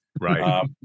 Right